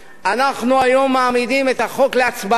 היום אנחנו מעמידים את החוק להצבעה,